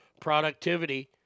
productivity